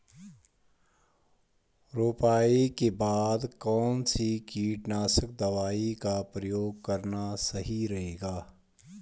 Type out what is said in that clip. रुपाई के बाद कौन सी कीटनाशक दवाई का प्रयोग करना सही रहेगा?